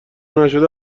نشده